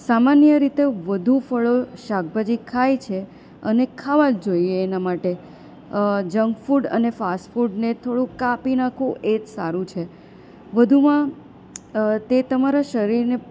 સામાન્ય રીતે વધુ ફળો શાકભાજી ખાય છે અને ખાવાં જ જોઈએ એના માટે જંક ફૂડ અને ફાસ્ટ ફૂડને થોડુંક કાપી નાખો એ જ સારું છે વધુમાં તે તમારા શરીરને